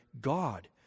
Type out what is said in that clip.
God